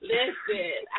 Listen